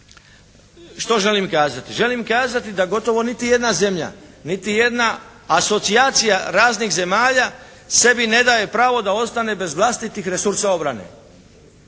što želim kazati? Želim kazati da gotovo niti jedna zemlja, niti jedna asocijacija raznih zemalja sebi ne daje pravo da ostane bez vlastitih resursa obrane.